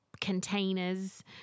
containers